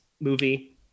movie